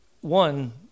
One